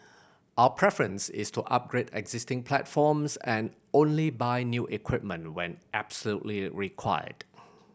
our preference is to upgrade existing platforms and only buy new equipment when absolutely required